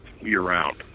year-round